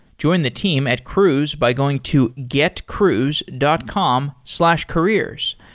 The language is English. join the team at cruise by going to getcruise dot com slash careers.